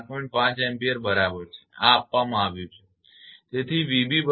5 Ampere બરાબર છે આ આપવામાં આવ્યું છે બરાબર